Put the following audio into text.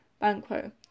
Banquo